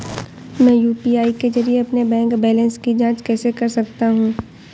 मैं यू.पी.आई के जरिए अपने बैंक बैलेंस की जाँच कैसे कर सकता हूँ?